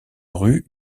rue